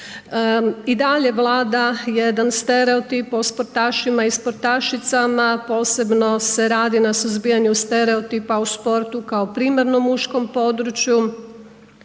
I dalje vlada jedan stereotip o sportašima i sportašicama, posebno se radi na suzbijanju stereotipa u sportu kao primarno mučkom području.